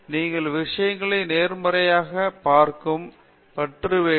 நீங்கள் விஷயங்களை நேர்மறையாக பார்க்கும் பற்று வேண்டும்